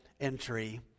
entry